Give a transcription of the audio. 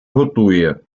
готує